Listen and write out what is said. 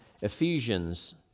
Ephesians